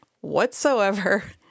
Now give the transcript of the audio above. whatsoever